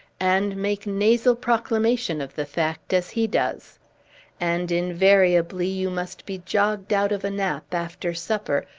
and make nasal proclamation of the fact, as he does and invariably you must be jogged out of a nap, after supper,